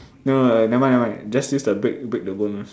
no no never mind never mind just use the break break the bone [one]